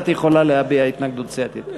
את יכולה להביע התנגדות סיעתית.